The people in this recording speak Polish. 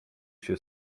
się